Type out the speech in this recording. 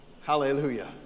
hallelujah